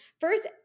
first